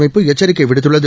அமைப்பு எச்சரிக்கை விடுத்துள்ளது